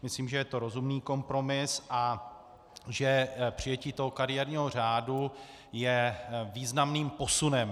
Myslím, že je to rozumný kompromis a že přijetí kariérního řádu je významným posunem.